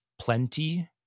Plenty